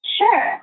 Sure